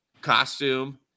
costume